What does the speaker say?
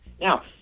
Now